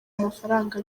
mafaranga